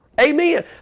Amen